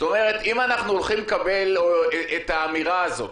אם אנחנו הולכים לקבל את האמירה הזאת,